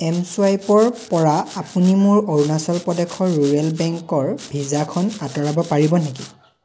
M চোৱাইপৰপৰা আপুনি মোৰ অৰুণাচল প্ৰদেশৰ ৰুৰেল বেংকৰ ভিছাখন আঁতৰাব পাৰিব নেকি